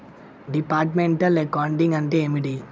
Departmental accounting అంటే ఏమిటి?